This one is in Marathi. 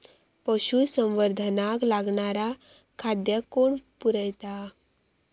पशुसंवर्धनाक लागणारा खादय कोण पुरयता?